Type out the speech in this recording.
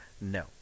no